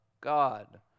God